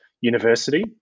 university